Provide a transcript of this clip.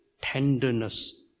tenderness